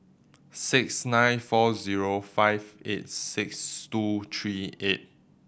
six nine four zero five eight six two three eight